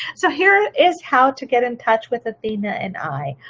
so here is how to get in touch with athena and i.